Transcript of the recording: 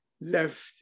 left